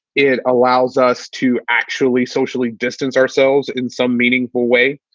it allows us to actually socially distance ourselves in some meaningful way.